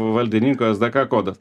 valdininkų es de ka kodas